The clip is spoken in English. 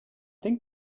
think